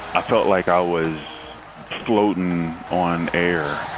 i felt like i was floating on air